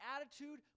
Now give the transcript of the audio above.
attitude